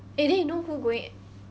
eh then you know who going